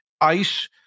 ICE